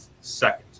second